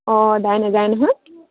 অঁ দাই নেযায় নহয়